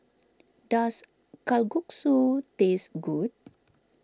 does Kalguksu taste good